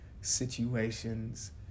situations